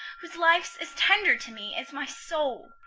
whose life's as tender to me as my soul!